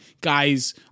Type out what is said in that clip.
guys